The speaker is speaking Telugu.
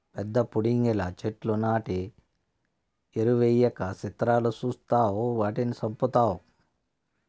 పెద్ద పుడింగిలా చెట్లు నాటి ఎరువెయ్యక సిత్రాలు సూస్తావ్ వాటిని సంపుతావ్